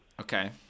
Okay